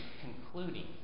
concluding